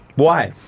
why?